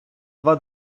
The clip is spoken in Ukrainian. два